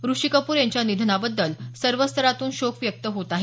ऋषी कपूर यांच्या निधनाबद्दल सर्वच स्तरातून शोक व्यक्त होत आहे